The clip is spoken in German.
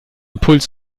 impuls